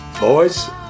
Boys